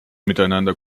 miteinander